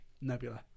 Nebula